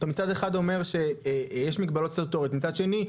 מצד אחד אתה אומר שיש מגבלות סטטוטוריות ומצד שני,